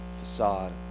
facade